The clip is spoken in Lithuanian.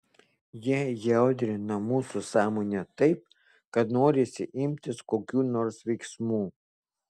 jie įaudrina mūsų sąmonę taip kad norisi imtis kokių nors veiksmų